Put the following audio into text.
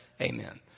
Amen